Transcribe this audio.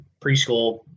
preschool